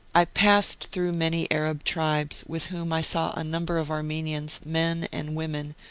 i passed through many arab tribes, with whom i saw a number of armenians, men and women,